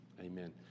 Amen